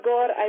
God